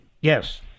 Yes